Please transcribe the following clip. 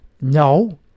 No